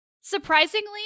Surprisingly